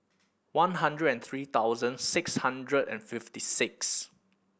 one hundred and three thousand six hundred and fifty six